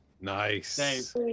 Nice